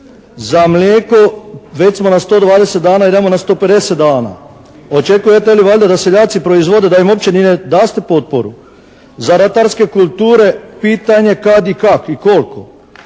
Za mlijeko, već smo na 120 dana, idemo na 150 dana. Očekujete valjda da seljaci proizvode da im uopće ne date potporu. Za ratarske kulture pitanje kad i kak' i kol'ko.